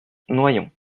noyon